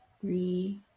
three